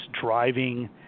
driving